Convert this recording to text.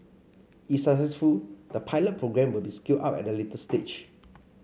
if successful the pilot programme will be scaled up at a later stage